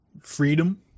freedom